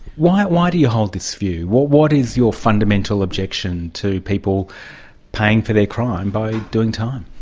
why why do you hold this view? what what is your fundamental objection to people paying for their crime by doing time?